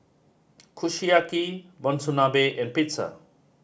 Kushiyaki Monsunabe and Pizza